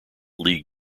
league